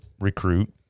recruit